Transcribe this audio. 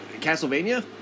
Castlevania